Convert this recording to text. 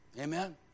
amen